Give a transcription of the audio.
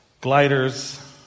gliders